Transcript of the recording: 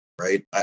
Right